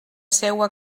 seua